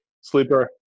Sleeper